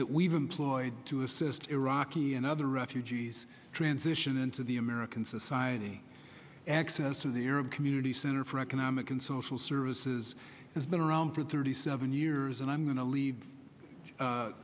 that we've employed to assist iraqi and other refugees transition into the american society access of the arab community center for economic and social services has been around for thirty seven years and i'm going to lea